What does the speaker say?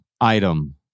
item